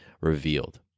revealed